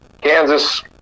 Kansas